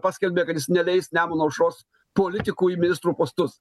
paskelbė kad jis neleis nemuno aušros politikų į ministrų postus